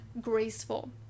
graceful